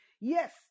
yes